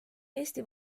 eesti